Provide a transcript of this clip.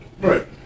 Right